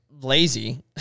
lazy